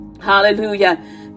Hallelujah